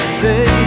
say